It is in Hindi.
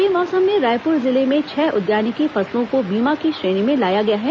रबी मौसम में रायपुर जिले में छह उद्यानिकी फसलों को बीमा की श्रेणी में लाया गया है